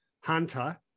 hunter